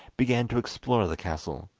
began to explore the castle.